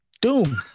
Doom